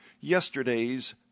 Yesterday's